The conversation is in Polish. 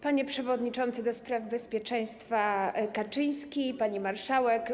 Panie Przewodniczący do spraw Bezpieczeństwa Kaczyński, Pani Marszałek!